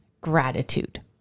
gratitude